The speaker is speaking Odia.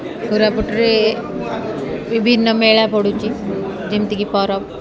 କୋରାପୁଟରେ ବିଭିନ୍ନ ମେଳା ପଡ଼ୁଛି ଯେମିତିକି ପରବ୍